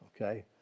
Okay